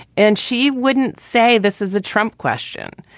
and she wouldn't say this is a trump question.